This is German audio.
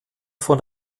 von